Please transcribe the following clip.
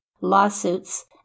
lawsuits